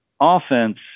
Offense